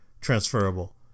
transferable